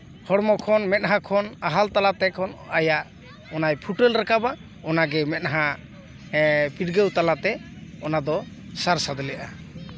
ᱦᱚᱲᱢᱚ ᱠᱷᱚᱱ ᱢᱮᱫᱦᱟ ᱠᱷᱚᱱ ᱟᱦᱟᱞ ᱛᱟᱞᱟᱛᱮ ᱟᱭᱟᱜ ᱚᱱᱟᱭ ᱯᱷᱩᱴᱟᱹᱞ ᱨᱟᱠᱟᱵᱟ ᱚᱱᱟᱜᱮ ᱢᱮᱫᱦᱟ ᱯᱤᱰᱜᱟᱹᱣ ᱛᱟᱞᱟᱛᱮ ᱚᱱᱟᱫᱚ ᱥᱟᱨ ᱥᱟᱫᱽᱞᱮᱜᱼᱟ